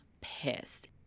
pissed